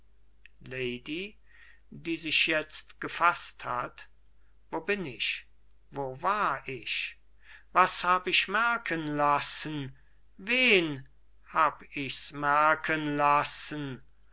die sich jetzt gefaßt hat wo bin ich wo war ich was hab ich merken lassen wen hab ich's merken lassen